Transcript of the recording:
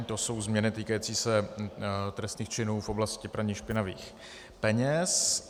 To jsou změny týkající se trestných činů v oblasti praní špinavých peněz.